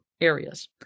areas